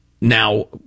Now